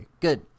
good